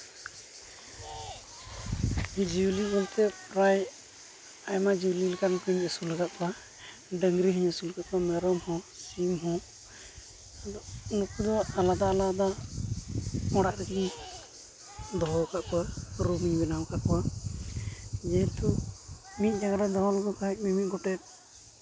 ᱡᱤᱭᱟᱹᱞᱤ ᱵᱚᱞᱛᱮ ᱯᱨᱟᱭ ᱟᱭᱢᱟ ᱡᱤᱭᱟᱹᱞᱤ ᱞᱮᱠᱟᱱ ᱠᱩᱧ ᱟᱹᱥᱩᱞᱟᱠᱟᱫ ᱠᱚᱣᱟ ᱰᱟᱹᱝᱨᱤ ᱦᱩᱧ ᱟᱹᱥᱩᱞᱟᱠᱟᱫ ᱠᱚᱣᱟ ᱢᱮᱨᱚᱢ ᱦᱚᱸ ᱥᱤᱢ ᱦᱚᱸ ᱟᱫᱚ ᱩᱱᱠᱩ ᱫᱚ ᱟᱞᱟᱫᱟ ᱟᱞᱟᱫᱟ ᱚᱲᱟᱜ ᱨᱮᱜᱮ ᱫᱚᱦᱚᱣᱟᱠᱟᱫ ᱠᱚᱣᱟ ᱨᱩᱢᱤᱧ ᱵᱮᱱᱟᱣᱠᱠᱟᱫ ᱠᱚᱣᱟ ᱡᱮᱦᱮᱛᱩ ᱢᱤᱫ ᱡᱟᱭᱜᱟ ᱨᱮ ᱫᱚᱦᱚ ᱞᱮᱠᱷᱚ ᱠᱷᱟᱱ ᱢᱤᱼᱢᱤᱫ ᱜᱚᱴᱮᱱ